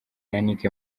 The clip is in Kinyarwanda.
yannick